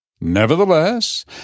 Nevertheless